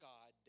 God